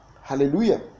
hallelujah